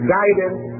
guidance